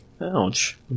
Ouch